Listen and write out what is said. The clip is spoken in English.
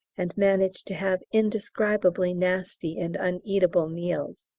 and manage to have indescribably nasty and uneatable meals!